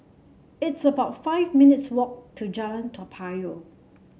it's about five minutes' walk to Jalan Toa Payoh